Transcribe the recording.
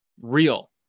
real